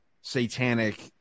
satanic